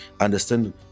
understand